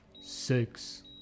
Six